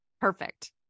perfect